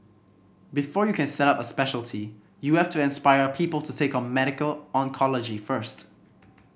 before you can set up a speciality you have to inspire people to take on medical oncology first